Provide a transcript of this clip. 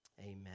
Amen